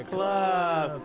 Club